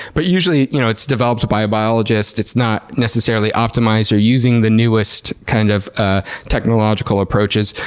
but usually you know it's developed by a biologist, it's not necessarily optimized or using the newest kind of ah technological approaches,